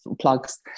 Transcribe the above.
plugs